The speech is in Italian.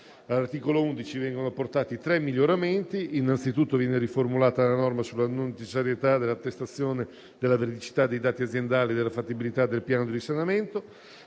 All'articolo 11 vengono apportati tre miglioramenti. Innanzitutto, viene riformulata la norma sulla non necessarietà dell'attestazione della veridicità dei dati aziendali e della fattibilità del piano di risanamento.